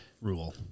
rule